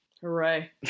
Hooray